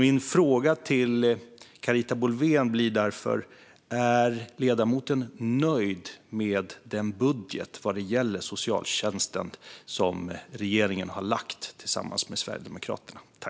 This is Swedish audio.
Min fråga till Carita Boulwén blir därför: Är ledamoten nöjd med den budget vad gäller socialtjänsten som regeringen har lagt fram tillsammans med Sverigedemokraterna?